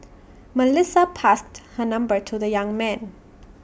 Melissa passed her number to the young man